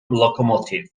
locomotive